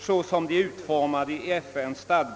såsom dessa är utformade i FN:s stadga.